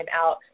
out